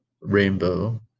rainbow